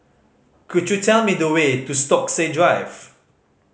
could you tell me the way to Stokesay Drive